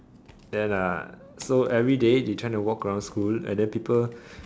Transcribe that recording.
then uh so everyday they try to walk around school and then people